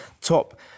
top